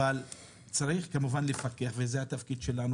אבל צריך כמובן לפקח וזה כמובן התפקיד שלנו